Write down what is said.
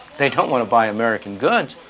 they don't want to buy american goods.